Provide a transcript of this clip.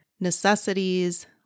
necessities